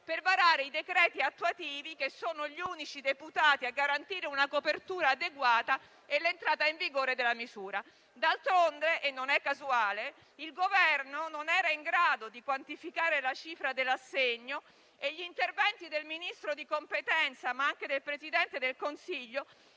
per varare i decreti attuativi, che sono gli unici deputati a garantire una copertura adeguata e l'entrata in vigore della misura. D'altronde - e non è casuale - il Governo non era in grado di quantificare la cifra dell'assegno e gli interventi del Ministro di competenza, ma anche del Presidente del Consiglio,